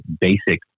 basic